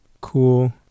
Cool